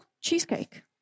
cheesecake